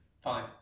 fine